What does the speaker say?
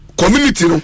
community